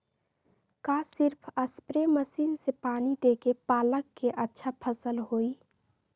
का सिर्फ spray machine से पानी देके पालक के अच्छा फसल होई?